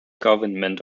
government